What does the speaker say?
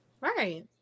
Right